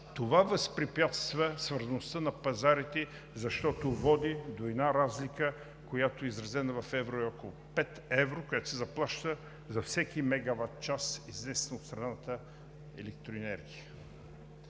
Това възпрепятства свързаността на пазарите, защото води до една разлика, която, изразена в евро, е около 5 евро и се заплаща за всеки мегаватчас изнесена от страната електроенергия.